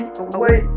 away